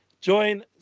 Join